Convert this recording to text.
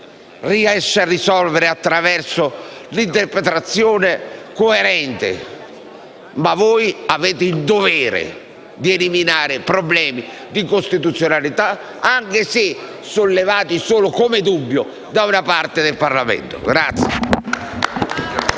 riesce a risolverli attraverso l'interpretazione coerente, ma voi avete il dovere di eliminare problemi di costituzionalità, anche se sollevati solo come dubbio da una parte del Parlamento.